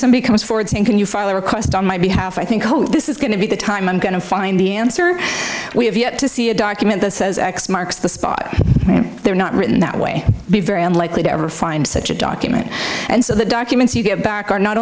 somebody comes forward saying can you file a request on my behalf i think oh this is going to be the time i'm going to find the answer we have yet to see a document that says x marks the spot they're not written that way be very unlikely to ever find such a document and so the documents you get back are not